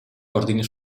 ordini